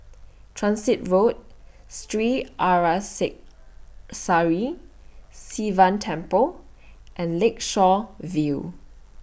Transit Road Sri Arasakesari Sivan Temple and Lakeshore View